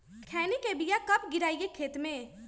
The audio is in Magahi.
खैनी के बिया कब गिराइये खेत मे?